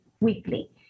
weekly